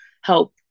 help